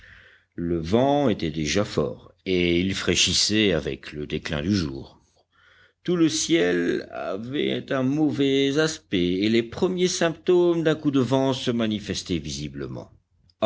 le vent était déjà fort et il fraîchissait avec le déclin du jour tout le ciel avait un mauvais aspect et les premiers symptômes d'un coup de vent se manifestaient visiblement